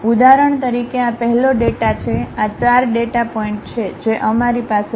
ઉદાહરણ તરીકે આ પહેલો ડેટા છે આ 4 ડેટા પોઇન્ટ છે જે અમારી પાસે છે